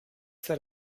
that